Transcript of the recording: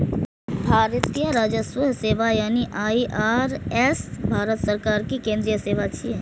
भारतीय राजस्व सेवा यानी आई.आर.एस भारत सरकार के केंद्रीय सेवा छियै